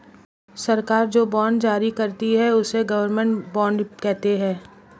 सरकार जो बॉन्ड जारी करती है, उसे गवर्नमेंट बॉन्ड कहते हैं